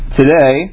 today